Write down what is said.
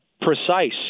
precise